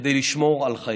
כדי לשמור על חיינו.